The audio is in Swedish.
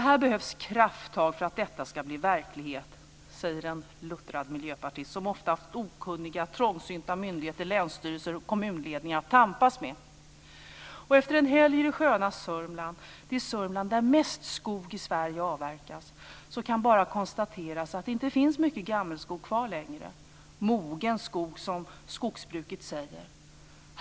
Här behövs krafttag för att detta ska bli verklighet, säger en luttrad miljöpartist som ofta haft okunniga och trångsynta myndigheter, länsstyrelser och kommunledningar att tampas med. Efter en helg i det sköna Sörmland - det Sörmland där mest skog i Sverige avverkas - kan bara konstateras att det inte finns mycket gammelskog eller mogen skog, som skogsbrukarna säger, kvar längre.